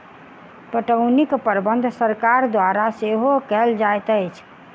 पटौनीक प्रबंध सरकार द्वारा सेहो कयल जाइत अछि